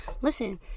listen